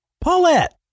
Paulette